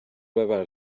ببر